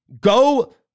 Go